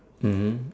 mmhmm